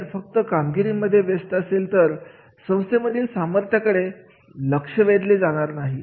नाहीतर फक्त कामगिरीमध्ये व्यस्त असेल तर संस्थांमधील सामर्थ्य कडे लक्ष वेधले जाणार नाही